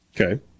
Okay